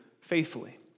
faithfully